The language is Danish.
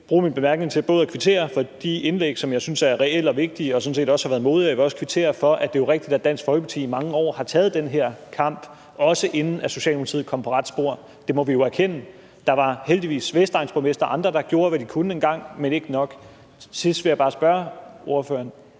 jeg bruge min bemærkning til både at kvittere for de indlæg, som jeg synes er reelle og vigtige, og som sådan set også har været modige, og jeg vil også kvittere for, at Dansk Folkeparti – det er jo rigtigt – i mange år har taget den her kamp, også inden Socialdemokratiet kom på rette spor; det må vi erkende. Der var heldigvis nogle vestegnsborgmestre og andre, der gjorde, hvad de kunne, dengang, men ikke nok. Til sidst vil jeg bare spørge ordføreren: